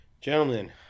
Gentlemen